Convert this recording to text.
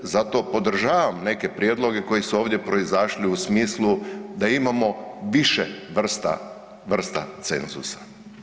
Zato podržavam neke prijedloge koji su ovdje proizašli u smislu da imamo više vrsta, vrsta cenzusa.